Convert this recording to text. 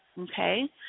okay